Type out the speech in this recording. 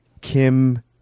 Kim